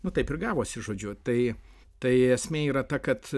nu taip ir gavosi žodžiu tai tai esmė yra ta kad